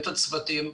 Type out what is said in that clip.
את הצוותים,